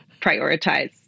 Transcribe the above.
prioritize